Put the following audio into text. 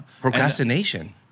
procrastination